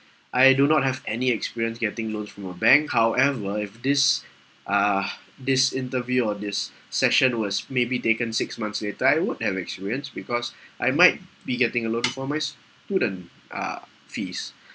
I do not have any experience getting loans from a bank however if this uh this interview or this session was maybe taken six months later I would have experience because I might be getting a loan for my student uh fees